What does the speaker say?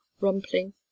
rumpling